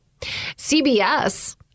CBS